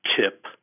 tip